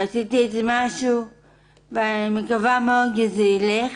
ועשיתי משהו ואני מקווה מאוד שזה ילך